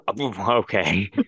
Okay